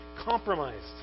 compromised